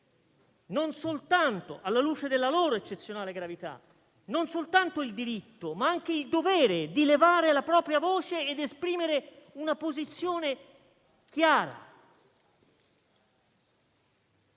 questi e alla luce della loro eccezionale gravità, non soltanto il diritto, ma anche il dovere di levare la propria voce e di esprimere una posizione chiara.